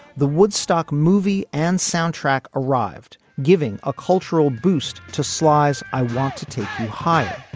the woodstock movie and soundtrack arrived giving a cultural boost to sly's i want to take you higher